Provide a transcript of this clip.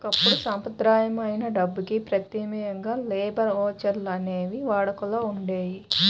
ఒకప్పుడు సంప్రదాయమైన డబ్బుకి ప్రత్యామ్నాయంగా లేబర్ ఓచర్లు అనేవి వాడుకలో ఉండేయి